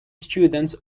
students